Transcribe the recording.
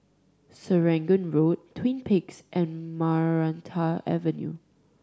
Serangoon Road Twin Peaks and Maranta Avenue